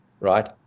right